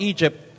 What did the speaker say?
Egypt